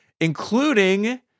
including